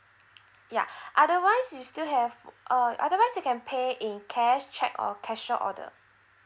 yeah otherwise you still have uh otherwise you can pay in cash cheque or cashier order